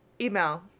email